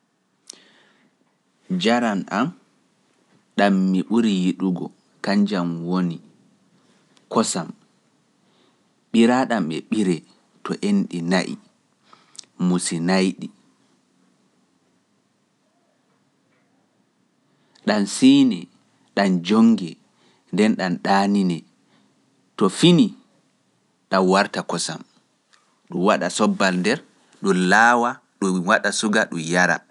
Njaram am ɗam mi ɓuri yiɗugo, kanjam woni, kosam. ɓiraaɗam e ɓiree, to enɗi na'i, musinaydi ɗam ɗaanine, to fini ɗam warta kosam ɗum waɗa sobbal nder ɗum laawa ɗum waɗa suga ɗum yara